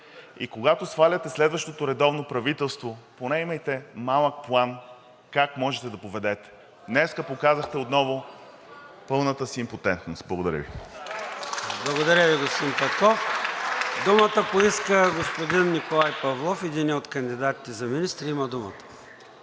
и когато сваляте следващото редовно правителство, поне имайте малък план как можете да поведете. Днес показахте отново пълната си импотентност. Благодаря Ви. ПРЕДСЕДАТЕЛ ЙОРДАН ЦОНЕВ: Благодаря Ви, господин Петков. Думата поиска господин Николай Павлов – единият от кандидатите за министри. Има думата.